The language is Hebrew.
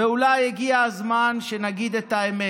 ואולי הגיע הזמן שנגיד את האמת,